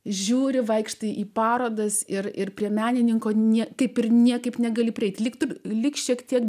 žiūri vaikštai į parodas ir ir prie menininko niekaip ir niekaip negali prieiti lyg taip lyg šiek tiek